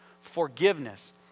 Forgiveness